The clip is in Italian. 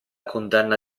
condanna